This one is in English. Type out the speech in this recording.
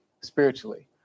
spiritually